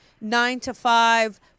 nine-to-five